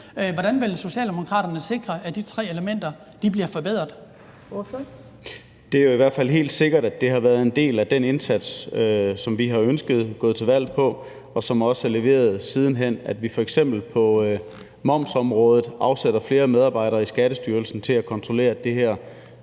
Fjerde næstformand (Trine Torp): Ordføreren. Kl. 19:22 Malte Larsen (S): Det er jo i hvert fald helt sikkert, at det har været en del af den indsats, som vi har ønsket, og som vi er gået til valg på, og som også er leveret sidenhen, at vi f.eks. på momsområdet afsætter flere medarbejdere i Skattestyrelsen til at kontrollere, at det her